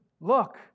Look